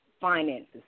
finances